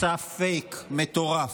מסע פייק מטורף,